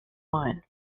wine